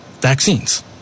vaccines